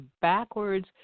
backwards